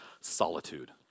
solitude